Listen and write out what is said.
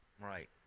Right